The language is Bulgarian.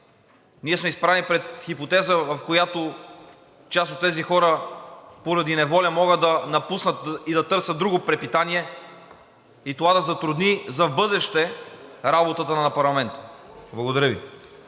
ние сме изправени пред хипотеза, в която част от тези хора поради неволя могат да напуснат и да търсят друго препитание, и това да затрудни за в бъдеще работата на парламента? Благодаря Ви.